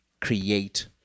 create